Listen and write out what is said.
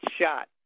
shot